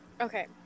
Okay